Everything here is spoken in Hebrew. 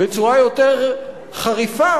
בצורה יותר חריפה,